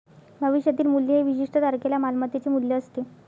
भविष्यातील मूल्य हे विशिष्ट तारखेला मालमत्तेचे मूल्य असते